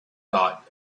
dot